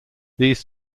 these